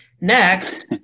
Next